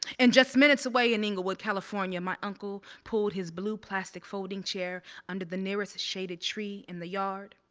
and just minutes away in inglewood, california, my uncle pulled his blue plastic folding chair under the nearest shaded tree in the yard.